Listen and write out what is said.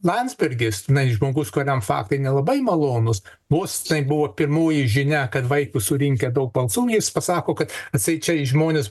landsbergis na jis žmogus kuriam faktai nelabai malonūs vos tai buvo pirmoji žinia kad vaitkus surinkę daug balsų jis pasako kad atseit čia žmonės